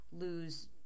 lose